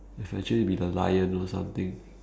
will actually be the lion or something